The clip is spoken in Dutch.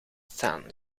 staan